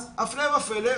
אז הפלא ופלא,